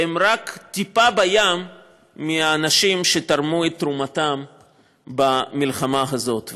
והם רק טיפה בים מהאנשים שתרמו את תרומתם במלחמה הזאת.